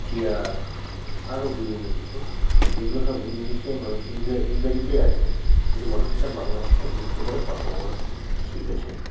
chair আরো বিভিন্ন কিছু এগুলো সব ইংলিশে মানুষ ইংরাজিতেই আছে কিন্তু মানুষ সেটা বাংলা ভাষায় যুক্ত করে কথা বলা শিখেছে